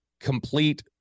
complete